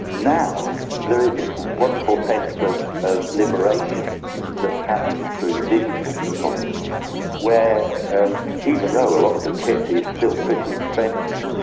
now there's this wonderful sense of of liberation that has happened through digital photography where um even though a lot of the kit is still pretty expensive,